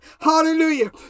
hallelujah